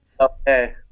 Okay